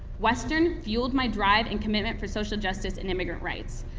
western fueled my drive and commitment for social justice and immigrant rights.